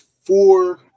four